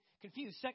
confused